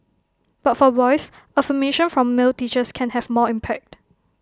but for boys affirmation from male teachers can have more impact